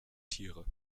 tiere